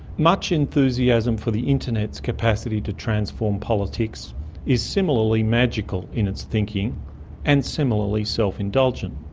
much enthusiasm for the internet's capacity to transform politics is similarly magical in its thinking and similarly self-indulgent.